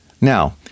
Now